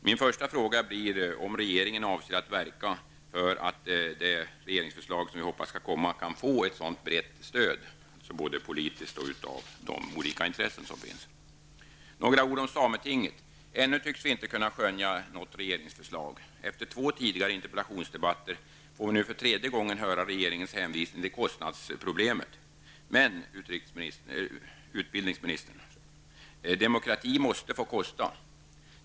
Min första fråga blir därför om regeringen avser att verka för att det regeringsförslag som vi hoppas skall komma har ett sådant brett stöd både politiskt och från de olika intressen som finns. Några ord om sametinget. Ännu tycks vi inte kunna skönja något regeringsförslag. Efter två tidigare interpellationsdebatter får vi nu för tredje gången höra regeringens hänvisning till kostnadsproblemet. Men, utbildningsministern, demokrati måste få kosta.